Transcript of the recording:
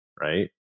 right